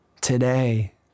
today